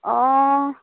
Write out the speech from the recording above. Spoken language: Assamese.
অঁ